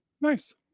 Nice